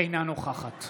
אינה נוכחת